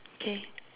okay